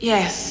Yes